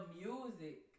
music